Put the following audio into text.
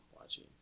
watching